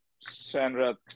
Sandra